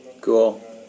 Cool